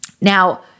Now